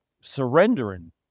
surrendering